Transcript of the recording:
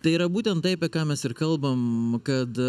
tai yra būtent tai apie ką mes ir kalbam kad